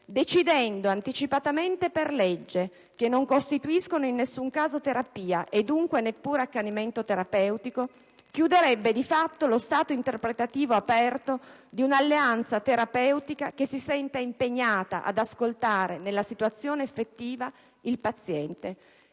decidendo anticipatamente per legge che non costituiscono in nessun caso terapia e, dunque, neppure accanimento terapeutico, chiuderebbe di fatto lo stato interpretativo aperto di un'alleanza terapeutica che si senta impegnata ad ascoltare nella situazione effettiva il paziente.